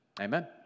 Amen